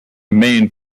main